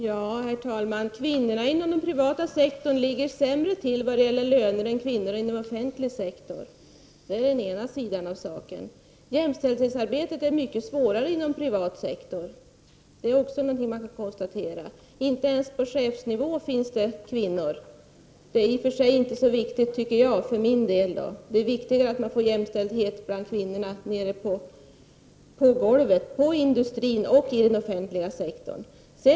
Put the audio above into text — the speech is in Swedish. Herr talman! Kvinnorna inom den privata sektorn ligger sämre till vad gäller löner än kvinnor inom offentlig sektor. Det är den ena sidan av saken. Jämställdhetsarbetet är mycket svårare inom privat sektor -- det är också någonting som man kan konstatera. Inte ens på chefsnivå finns det kvinnor. Det är i och för sig inte så viktigt, tycker jag för min del. Det är viktigare att man får jämställdhet bland kvinnorna nere på golvet, i industrin och i den offentliga sektorn.